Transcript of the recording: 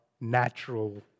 natural